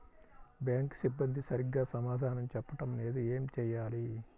Bank సిబ్బంది సరిగ్గా సమాధానం చెప్పటం లేదు ఏం చెయ్యాలి?